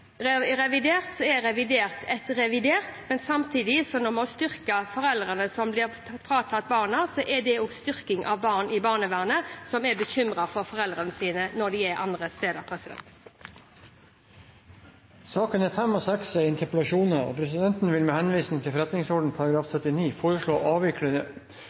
revidert, så er revidert et revidert budsjett. Når vi samtidig har styrket foreldrene som er blitt fratatt barna, er det også styrking av barn i barnevernet som er bekymret for foreldrene sine når de er andre steder. Debatten i sak nr. 4 er avsluttet. Sakene nr. 5 og 6 er interpellasjoner, og presidenten vil med henvisning til forretningsordenens § 79 foreslå å